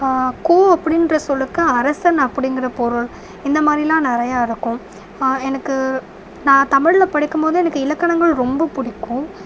கோ அப்படின்ற சொல்லுக்கு அரசன் அப்படிங்கற பொருள் இந்தமாதிரிலாம் நிறைய இருக்கும் எனக்கு நான் தமிழில் படிக்கும் போதே எனக்கு இலக்கணங்கள் ரொம்ப பிடிக்கும்